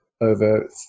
over